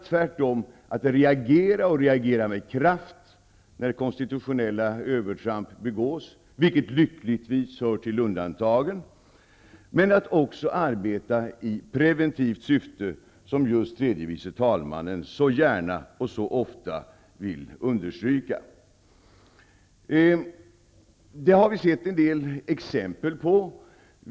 Tvärtom gäller det att med kraft reagera när konstitutionella övertramp begås, vilket lyckligtvis hör till undantagen. Dessutom gäller det att arbeta i preventivt syfte, som just tredje vice talmannen mycket gärna och ofta vill understryka. Vi har sett en del exempel på det.